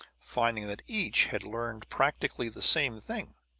finding that each had learned practically the same thing.